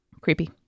Creepy